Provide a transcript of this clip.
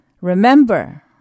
Remember